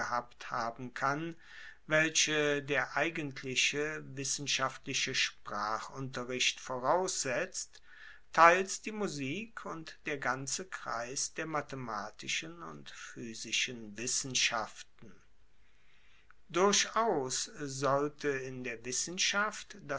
haben kann welche der eigentliche wissenschaftliche sprachunterricht voraussetzt teils die musik und der ganze kreis der mathematischen und physischen wissenschaften durchaus sollte in der wissenschaft